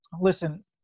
Listen